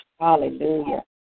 Hallelujah